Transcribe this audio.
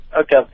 Okay